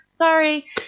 Sorry